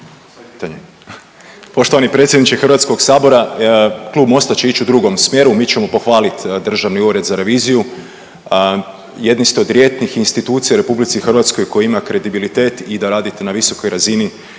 Poštovani predsjedniče Hrvatskog sabora Klub MOST-a će ići u drugom smjeru, mi ćemo pohvaliti Državni ured za reviziju. Jedni ste od rijetkih institucija u RH koja ima kredibilitet i da radite na visokoj razini